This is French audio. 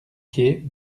quai